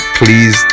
please